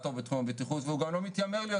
רגולטור בתחום הבטיחות והוא גם לא מתיימר להיות